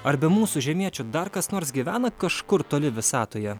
ar be mūsų žemiečių dar kas nors gyvena kažkur toli visatoje